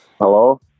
hello